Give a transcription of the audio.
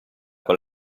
con